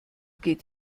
geht